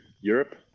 Europe